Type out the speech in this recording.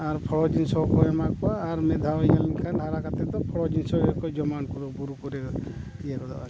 ᱟᱨ ᱯᱷᱚᱞ ᱡᱤᱱᱤᱥ ᱦᱚᱸᱠᱚ ᱮᱢᱟ ᱠᱚᱣᱟ ᱟᱨ ᱢᱤᱫᱷᱟᱣ ᱚᱱᱮ ᱤᱱᱠᱟᱹ ᱦᱟᱨᱟ ᱠᱟᱛᱮᱫ ᱫᱚ ᱯᱷᱚᱞ ᱡᱤᱱᱤᱥ ᱠᱚᱜᱮ ᱠᱚ ᱡᱚᱢᱟ ᱩᱱᱠᱩ ᱫᱚ ᱵᱩᱨᱩ ᱠᱚᱨᱮ ᱤᱭᱟᱹ